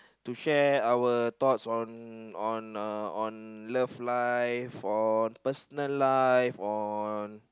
to share our thoughts on on on love life or personal life or